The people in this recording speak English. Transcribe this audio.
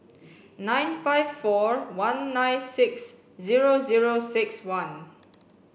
nine five four one nine six zero zero six one